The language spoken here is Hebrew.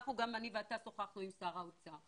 גם אני ואתה שוחחנו עם שר האוצר.